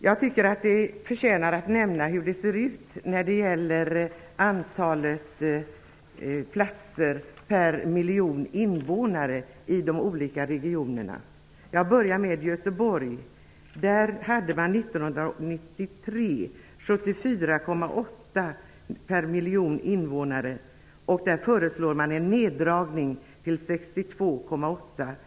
Jag tycker att det förtjänar att nämnas hur det ser ut när det gäller antalet platser per miljon invånare i de olika regionerna. 1993 hade man i Göteborg 74,8 platser per miljon invånare. Där föreslås en neddragning till 62,8 platser.